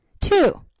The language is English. Two